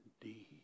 indeed